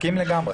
מסכים לגמרי.